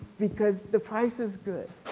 because the price is good.